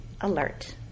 alert